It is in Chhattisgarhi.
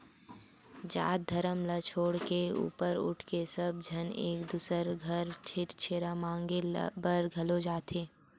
जात धरम ल छोड़ के ऊपर उठके सब झन एक दूसर घर छेरछेरा मागे बर घलोक जाथे